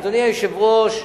אדוני היושב-ראש,